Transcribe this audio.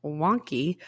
wonky